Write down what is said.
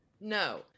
No